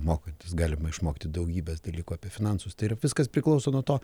mokantis galima išmokti daugybės dalykų apie finansus tai yra viskas priklauso nuo to